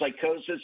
psychosis